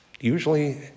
usually